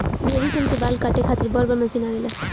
भेड़ी सन के बाल काटे खातिर बड़ बड़ मशीन आवेला